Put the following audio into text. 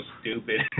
stupid